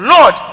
Lord